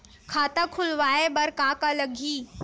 खाता खुलवाय बर का का लगही?